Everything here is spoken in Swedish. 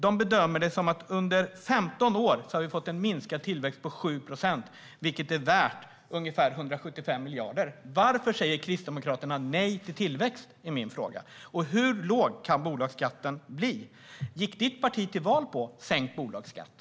De bedömer att vi under 15 år har fått en minskad tillväxt på 7 procent, vilket är värt ungefär 175 miljarder. Varför säger Kristdemokraterna nej till tillväxt? Det är min fråga. Och hur låg kan bolagsskatten bli? Gick Larry Söders parti till val på sänkt bolagsskatt?